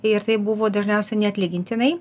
ir tai buvo dažniausiai neatlygintinai